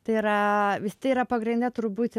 tai yra visi yra pagrindinė turbūt